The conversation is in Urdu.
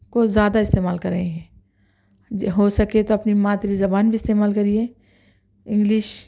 کو زیادہ استعمال کر رہے ہیں ہو سکے تو اپنی مادری زبان بھی استعمال کریئے انگلش